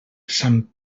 sant